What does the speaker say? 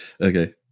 Okay